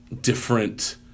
different